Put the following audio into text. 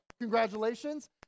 Congratulations